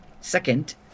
second